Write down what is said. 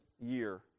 year